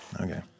Okay